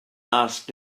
asked